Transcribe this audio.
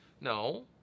No